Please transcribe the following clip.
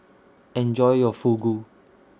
Enjoy your Fugu